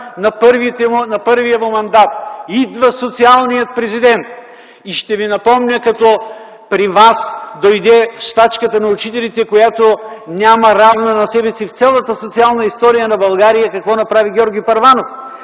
на първия му мандат: „Идва социалният Президент”. И ще ви напомня, като при вас дойде стачката на учителите, която няма равна на себе си в цялата социална история на България, какво направи Георги Първанов.